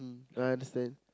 I understand